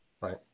Right